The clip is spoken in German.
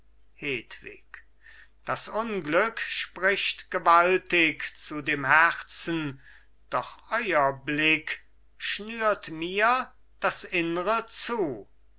das unglück spricht gewaltig zu dem herzen doch euer blick schnürt mir das innre zu